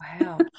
Wow